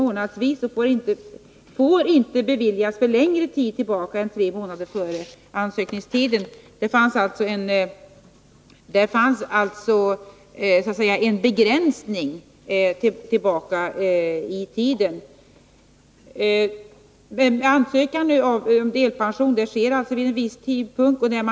Hon åberopade 16 §, där det står: Här finns alltså en begränsning i tiden när det gäller ansökan om delpension.